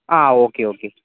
ആ okay okay